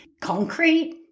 concrete